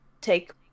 take